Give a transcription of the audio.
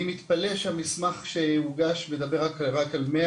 אני מתפלא שהמסמך שהוגש מדבר רק על 100